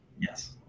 Yes